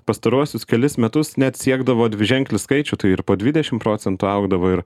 pastaruosius kelis metus net siekdavo dviženklį skaičių tai ir po dvidešim procentų augdavo ir